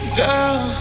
girl